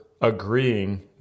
agreeing